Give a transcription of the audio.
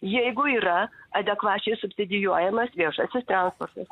jeigu yra adekvačiai subsidijuojamas viešasis transportas